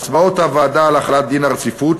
הצבעות הוועדה על החלת דין הרציפות,